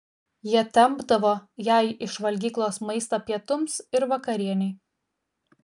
jie tempdavo jai iš valgyklos maistą pietums ir vakarienei